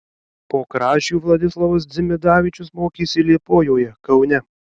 po kražių vladislovas dzimidavičius mokėsi liepojoje kaune